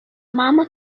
mama